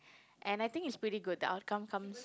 and I think it's pretty good that I'll come comes